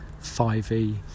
5e